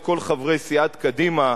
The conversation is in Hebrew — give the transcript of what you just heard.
את כל חברי סיעת קדימה,